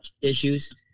issues